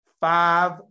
five